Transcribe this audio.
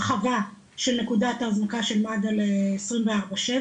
הרחבה של נקודת ההזנקה של מד"א ל- 24/7,